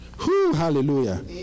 Hallelujah